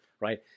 right